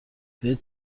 بهت